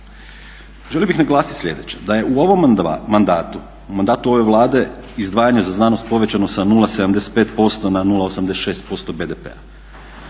Želio bih naglasiti sljedeće da je u ovom mandatu, u mandatu ove Vlade izdvajanje za znanost povećano sa 0,75% na 0,86% BDP-a.